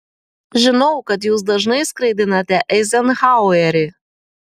žinau kad jūs dažnai skraidinate eizenhauerį